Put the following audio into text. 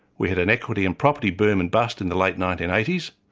we had an equity and property boom and bust in the late nineteen eighty s,